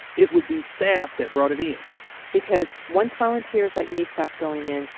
it would be staff that brought it in because once volunteers like me stopped going in,